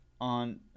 on